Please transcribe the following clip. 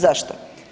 Zašto?